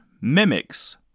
Mimics